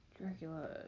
Dracula